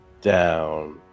down